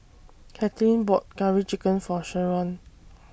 Kathlyn bought Curry Chicken For Sherron